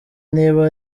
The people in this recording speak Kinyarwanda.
niba